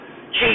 Jesus